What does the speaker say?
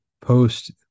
post